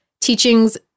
teaching's